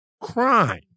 crime